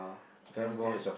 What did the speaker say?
and then